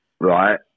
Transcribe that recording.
Right